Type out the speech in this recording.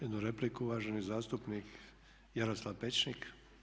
Jednu repliku, uvaženi zastupnik Jaroslav Pecnik.